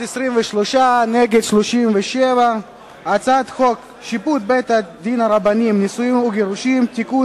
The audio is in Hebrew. את הצעת חוק שיפוט בתי-דין רבניים (נישואין וגירושין) (תיקון,